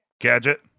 Gadget